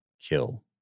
Kill